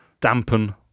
dampen